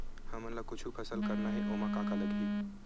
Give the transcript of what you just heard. हमन ला कुछु फसल करना हे ओमा का का लगही?